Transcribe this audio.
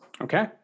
Okay